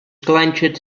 clenched